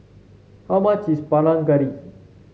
how much is Panang Garry